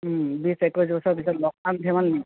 বিছ একৈছ বছৰৰ পিছত লগ পাম কিমান